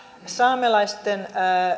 saamelaisten